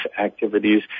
activities